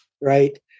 Right